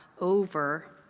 over